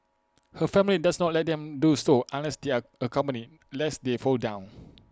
her family does not let them do so unless they are accompanied lest they fall down